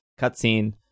cutscene